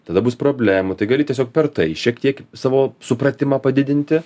tada bus problemų tai gali tiesiog per tai šiek tiek savo supratimą padidinti